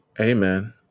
Amen